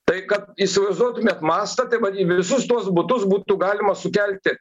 tai kad įsivaizduotumėt mąstą tai vat į visus tuos butus būtų galima sukelti